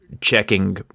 checking